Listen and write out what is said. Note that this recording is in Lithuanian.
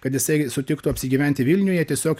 kad jisai sutiktų apsigyventi vilniuje tiesiog